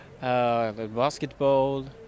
basketball